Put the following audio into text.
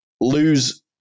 lose